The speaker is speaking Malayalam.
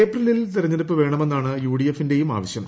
ഏപ്രിലിൽ തിരഞ്ഞെടുപ്പ് വേണമെന്നാണ് യുഡിഎഫിന്റെയും ആവശ്യം